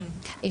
היא